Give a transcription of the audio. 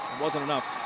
wasn't enough.